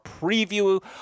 preview